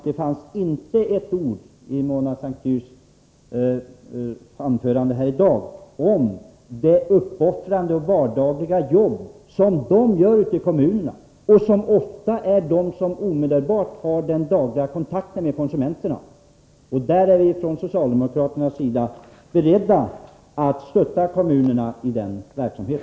Det finns inte ett ord i Mona Saint Cyrs anförande här i dag om det uppoffrande vardagliga jobb som dessa gör ute i kommunerna. Det är dessa som ofta har den omedelbara kontakten med konsumenterna. Vi från socialdemokratisk sida är beredda att stötta kommunerna i denna verksamhet.